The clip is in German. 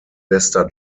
bester